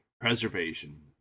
preservation